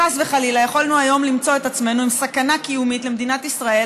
חס וחלילה יכולנו היום למצוא את עצמנו עם סכנה קיומית למדינת ישראל,